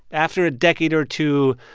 after a decade or two,